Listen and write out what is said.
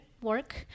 work